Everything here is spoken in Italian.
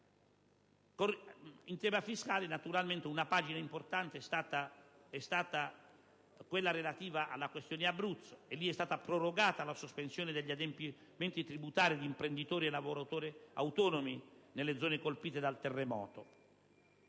In tema fiscale, naturalmente, una pagina importante è stata quella relativa alla questione dell'Abruzzo: è stata prorogata la sospensione degli adempimenti tributari di imprenditori e lavoratori autonomi nelle zone colpite dal terremoto.